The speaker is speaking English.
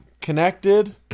connected